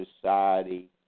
society